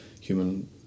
human